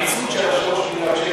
תגיד לי, הקיצוץ של, מיליארד